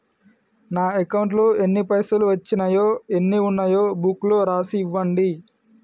నా అకౌంట్లో ఎన్ని పైసలు వచ్చినాయో ఎన్ని ఉన్నాయో బుక్ లో రాసి ఇవ్వండి?